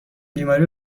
بیماری